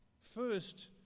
first